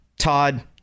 Todd